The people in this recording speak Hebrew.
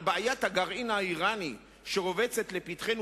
על בעיית הגרעין האירני שרובצת לפתחנו